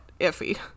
iffy